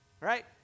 Right